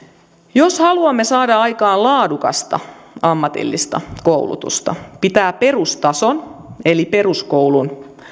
jos haluamme saada aikaan laadukasta ammatillista koulutusta pitää perustason eli peruskoulun